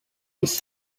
his